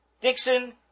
Dixon